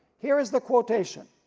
here is the quotation.